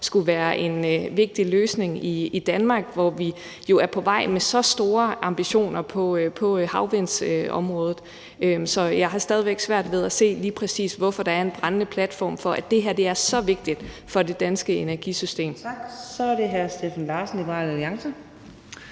skulle være en vigtig løsning i Danmark, hvor vi jo er på vej med så store ambitioner på havvindsområdet. Så jeg har stadig væk svært ved at se, hvorfor der lige præcis er en brændende platform for, at det her er så vigtigt for det danske energisystem. Kl. 22:18 Fjerde næstformand (Karina